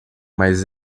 mas